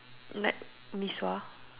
like mee-sua